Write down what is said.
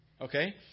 Okay